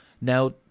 Now